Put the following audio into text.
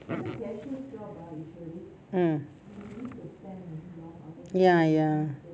mm ya ya